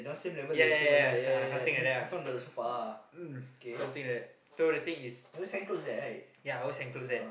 ya ya ya ah something like that ah mm something like that so the thing is ya i always hang clothes there